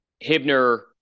Hibner